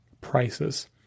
prices